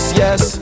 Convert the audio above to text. yes